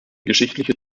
geschichtliche